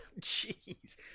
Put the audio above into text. Jeez